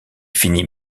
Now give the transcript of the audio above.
finit